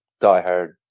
diehard